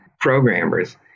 programmers